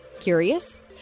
Curious